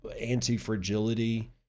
anti-fragility